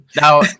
Now